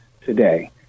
today